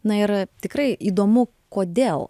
na ir tikrai įdomu kodėl